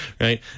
right